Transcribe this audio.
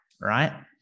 right